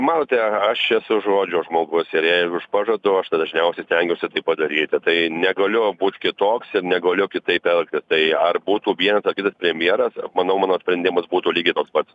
matote aš esu žodžio žmogus ir jeigu aš pažadu aš tą dažniausiai stengiuosi tai padaryti tai negaliu būt kitoks ir negaliu kitaip elgtis tai ar būtų vienas ar kitas premjeras manau mano sprendimas būtų lygiai toks pat